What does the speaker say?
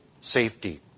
safety